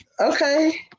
okay